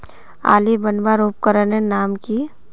आली बनवार उपकरनेर नाम की?